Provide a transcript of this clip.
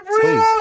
Please